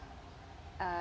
uh